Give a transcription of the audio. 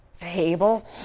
table